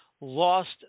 lost